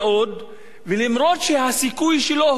אף שהסיכוי שלו קטן,